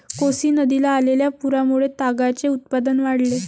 कोसी नदीला आलेल्या पुरामुळे तागाचे उत्पादन वाढले